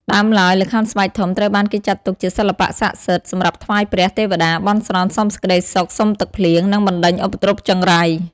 ដើមឡើយ ល្ខោនស្បែកធំត្រូវបានគេចាត់ទុកជាសិល្បៈស័ក្ដិសិទ្ធិ សម្រាប់ថ្វាយព្រះ ទេវតា បន់ស្រន់សុំសេចក្ដីសុខ សុំទឹកភ្លៀង និងបណ្ដេញឧបទ្រពចង្រៃ ។